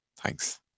Thanks